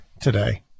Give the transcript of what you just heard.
today